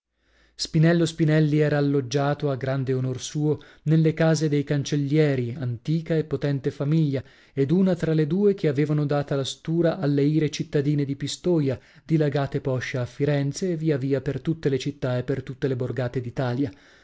spinello spinelli era alloggiato a grande onor suo nelle case dei cancellieri antica e potente famiglia ed una tra le due che avevano data la stura alle ire cittadine di pistoia dilagate poscia a firenze e via via per tutte le città e per tutte le borgate d'italia